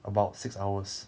about six hours